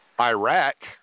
Iraq